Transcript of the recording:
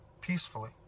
peacefully